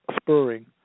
spurring